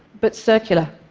but circular.